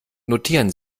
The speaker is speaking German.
notieren